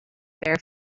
bare